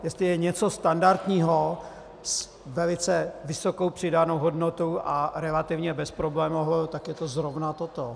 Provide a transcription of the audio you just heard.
Jestli je něco standardního s velice vysokou přidanou hodnotou a relativně bezproblémovou, tak je to zrovna toto.